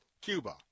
Cuba